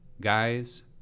guys